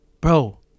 bro